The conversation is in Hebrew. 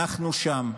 אנחנו שם,